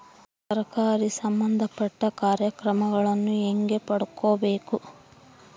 ಸರಕಾರಿ ಸಂಬಂಧಪಟ್ಟ ಕಾರ್ಯಕ್ರಮಗಳನ್ನು ಹೆಂಗ ಪಡ್ಕೊಬೇಕು?